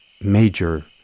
major